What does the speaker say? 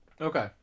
Okay